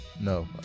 no